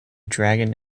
dragon